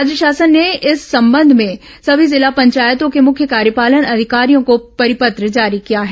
राज्य शासन ने इस संबंध में सभी जिला पंचायतों के मुख्य कार्यपालन अधिकारियों को परिपत्र जारी किया है